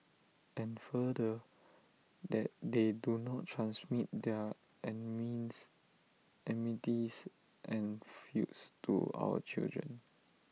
and further that they do not transmit their enmities and feuds to our children